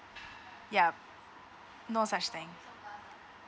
ya no such thing